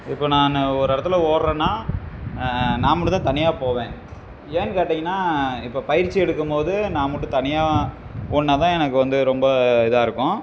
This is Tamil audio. இப்போ நான் ஒரு இடத்துல ஓடுறேன்னா நான் மட்டும்தான் தனியாக போவேன் ஏன்னு கேட்டீங்கன்னால் இப்போ பயிற்சி எடுக்கும்போது நான் மட்டும் தனியாக ஓடினா தான் எனக்கு வந்து ரொம்ப இதாக இருக்கும்